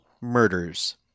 Murders